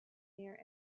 near